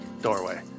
doorway